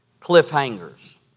cliffhangers